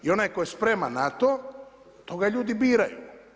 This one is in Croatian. I onaj tko je sprema na to toga ljudi biraju.